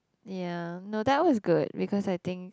ya no that was good because I think